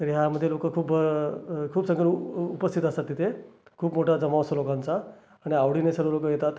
तर ह्यामदे लोकं खूपं खूप सज्जन उपस्थित असतात तिथे खूप मोठा जमाव असतो लोकांचा आणि आवडीने सर्व लोकं येतात